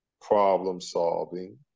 problem-solving